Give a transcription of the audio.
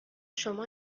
شما